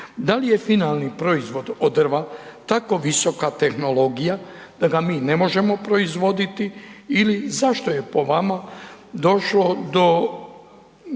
Da li je finalni proizvod od drva tako visoka tehnologija da ga mi ne možemo proizvoditi ili zašto je po vama došlo do